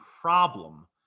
problem